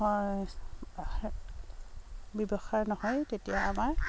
হয় ব্যৱসায় নহয় তেতিয়া আমাৰ